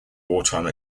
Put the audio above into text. wartime